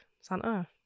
Santa